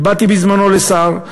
ובאתי בזמנו לשר,